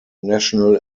national